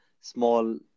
small